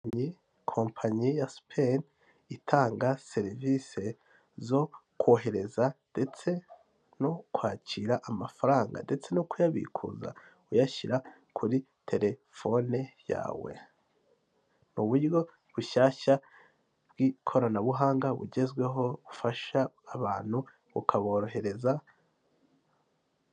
Kinyi kompanyi ya sepeni itanga serivisi zo kohereza ndetse no kwakira amafaranga ndetse no kuyabikuza uyashyira kuri telefone yawe, mu buryo bushyashya bw'ikoranabuhanga bugezweho bufasha abantu ukaborohereza.